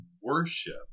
worship